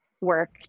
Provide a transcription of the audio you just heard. work